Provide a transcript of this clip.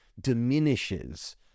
diminishes